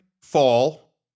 Fall